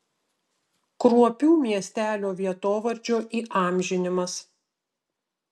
kruopių miestelio vietovardžio įamžinimas